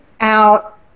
out